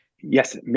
Yes